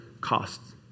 costs